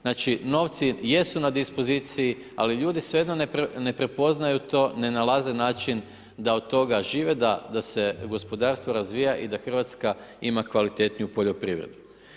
Znači novci jesu na dispoziciji ali ljudi svejedno ne prepoznaju to, ne nalaze način da od toga žive, da se gospodarstvo razvija i da Hrvatska ima kvalitetniju poljoprivredu.